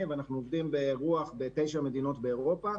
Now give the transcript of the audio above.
ואנחנו עובדים ברוח בתשע מדינות באירופה,